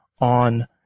on